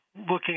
looking